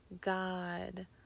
God